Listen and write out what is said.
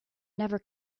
never